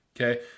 okay